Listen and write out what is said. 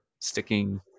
sticking